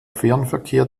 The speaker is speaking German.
fernverkehr